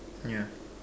yeah